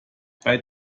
bei